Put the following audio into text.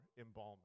embalming